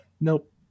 nope